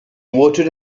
voted